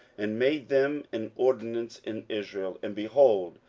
and made them an ordinance in israel and, behold,